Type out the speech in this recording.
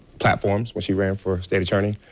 platforms when she ran for state attorney.